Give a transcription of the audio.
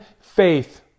faith